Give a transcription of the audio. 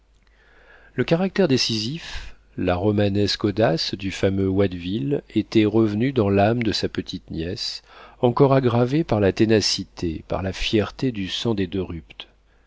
le caractère décisif la romanesque audace du fameux watteville étaient revenus dans l'âme de sa petite-nièce encore aggravés par la ténacité par la fierté du sang des de rupt